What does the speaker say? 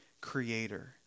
creator